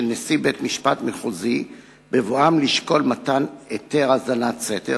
נשיא בית-משפט מחוזי בבואם לשקול מתן היתר האזנת סתר,